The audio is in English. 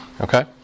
okay